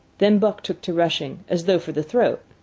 then buck took to rushing, as though for the throat,